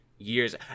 years